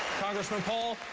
congressman paul,